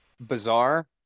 Bizarre